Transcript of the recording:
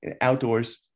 outdoors